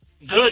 Good